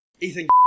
Ethan